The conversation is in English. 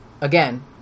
again